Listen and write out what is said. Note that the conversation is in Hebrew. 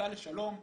סע לשלום.